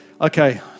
okay